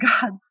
God's